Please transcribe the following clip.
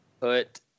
put